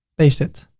paste it.